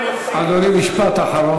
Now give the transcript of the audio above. אדוני, משפט אחרון.